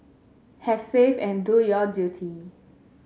have faith and do your duty